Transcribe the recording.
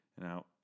now